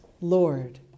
Lord